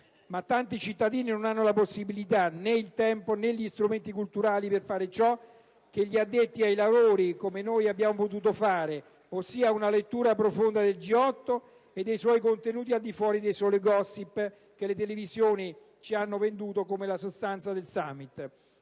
Tanti cittadini non hanno però né la possibilità, né il tempo, né gli strumenti culturali per fare ciò che gli addetti ai lavori, come noi, hanno potuto fare, ossia una lettura profonda del G8 e dei suoi contenuti al di fuori dei soli *gossip* che le televisioni ci hanno venduto come la sostanza del *summit*.